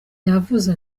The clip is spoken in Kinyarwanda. yavuze